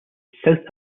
south